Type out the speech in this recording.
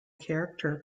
character